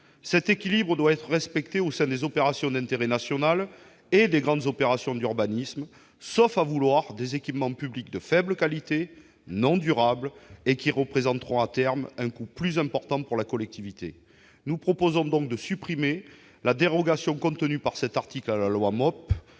Cet équilibre doit être respecté au sein des opérations d'intérêt national et des grandes opérations d'urbanisme, sauf à vouloir des équipements publics de faible qualité, non durables et qui représenteront à terme un coût plus important pour la collectivité. Nous proposons donc de supprimer la dérogation prévue dans cet article à la loi MOP,